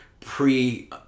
pre